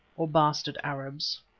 or bastard arabs.